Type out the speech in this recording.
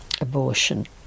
abortion